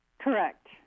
Correct